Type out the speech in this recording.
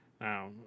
Now